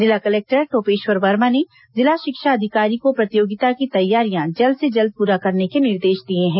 जिला कलेक्टर टोपेश्वर वर्मा ने जिला शिक्षा अधिकारी को प्रतियोगिता की तैयारियां जल्द से जल्द पूरा करने के निर्देश दिए हैं